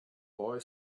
boy